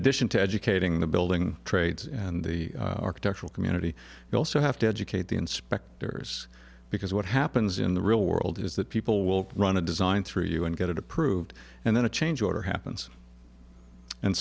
addition to educating the building trades and the architectural community you also have to educate the inspectors because what happens in the real world is that people will run a design through you and get it approved and then a change order happens and